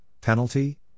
penalty